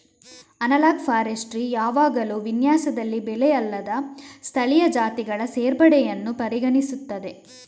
analogue forestry ಯಾವಾಗಲೂ ವಿನ್ಯಾಸದಲ್ಲಿ ಬೆಳೆ ಅಲ್ಲದ ಸ್ಥಳೀಯ ಜಾತಿಗಳ ಸೇರ್ಪಡೆಯನ್ನು ಪರಿಗಣಿಸುತ್ತದೆ